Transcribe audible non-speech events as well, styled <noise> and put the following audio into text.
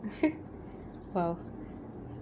<laughs> !wow!